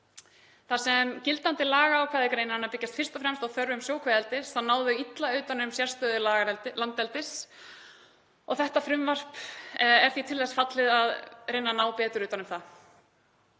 Þar sem gildandi lagaákvæði greinarinnar byggjast fyrst og fremst á þörfum sjókvíaeldis þá ná þau illa utan um sérstöðu landeldis og þetta frumvarp er því til þess fallið að reyna að ná betur utan um það.